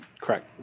Correct